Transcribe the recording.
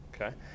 Okay